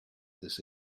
this